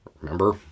Remember